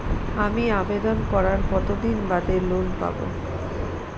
আমি আবেদন করার কতদিন বাদে লোন পাব?